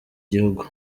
gihugu